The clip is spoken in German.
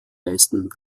meisten